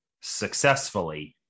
successfully